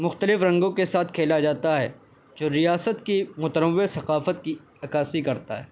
مختلف رنگوں کے ساتھ کھیلا جاتا ہے جو ریاست کی متنوع ثقافت کی عکاسی کرتا ہے